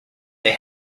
they